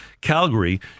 Calgary